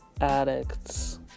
addicts